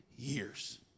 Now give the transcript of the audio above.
years